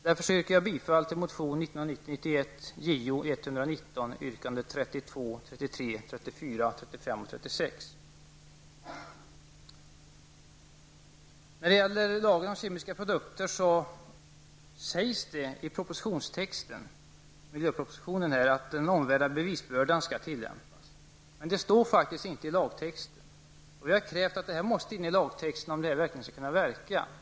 Därför yrkar jag bifall till motion Vad beträffar lagen om kemiska produkter sägs i propositionen att den omvända bevisbördan skall tillämpas. Men så står det faktiskt inte i lagtexten, och vi anser att så måste bli fallet om lagen verkligen skall kunna fungera.